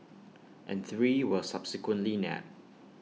and three were subsequently nabbed